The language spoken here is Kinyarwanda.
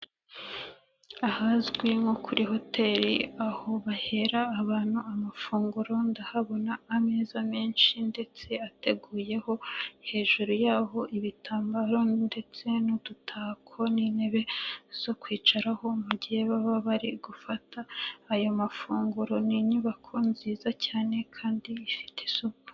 Ahazwi nko kuri hoteli, aho bahera abantu amafunguro, ndahabona ameza menshi ndetse ateguyeho, hejuru y'aho ibitambaro ndetse n'udutako n'intebe zo kwicaraho mu gihe baba bari gufata ayo mafunguro, ni inyubako nziza cyane kandi ifite isuku.